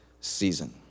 season